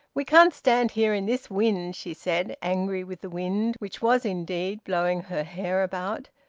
we can't stand here in this wind, she said, angry with the wind, which was indeed blowing her hair about,